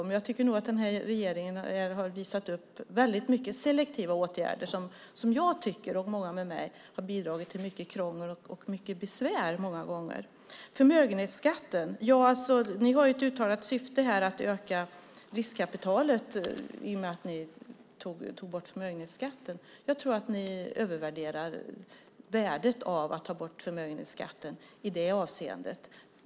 Men jag tycker nog att regeringen har visat upp väldigt mycket selektiva åtgärder som jag tycker, och många med mig, har bidragit till mycket krångel och besvär många gånger. När det gäller förmögenhetsskatten har ni ett uttalat syfte att öka riskkapitalet i och med att ni tog bort förmögenhetsskatten. Jag tror att ni övervärderar värdet av att ta bort förmögenhetsskatten i det avseendet.